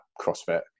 CrossFit